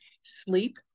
Sleep